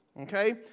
Okay